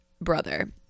brother